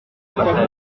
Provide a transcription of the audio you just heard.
bataille